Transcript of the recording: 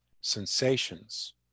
sensations